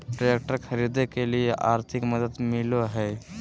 Tractor खरीदे के लिए आर्थिक मदद मिलो है?